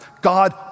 God